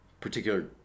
particular